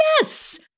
Yes